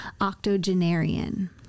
octogenarian